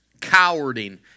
cowarding